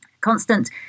constant